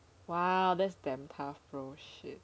!wow! that's damn tough bro shit